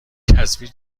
تصویر